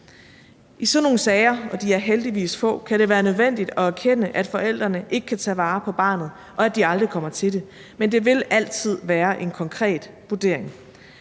I sådan nogle sager, og de er heldigvis få, kan det være nødvendigt at erkende, at forældrene ikke kan tage vare på barnet, og at de aldrig kommer til det, men det vil altid være efter en konkret vurdering.